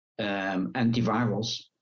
antivirals